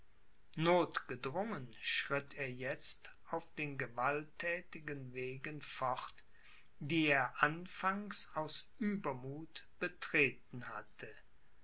notgedrungen schritt er jetzt auf den gewalttätigen wegen fort die er anfangs aus uebermuth betreten hatte